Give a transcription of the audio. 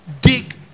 dig